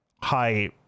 high